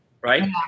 Right